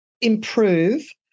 improve